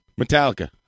Metallica